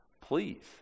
Please